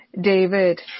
David